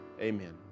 Amen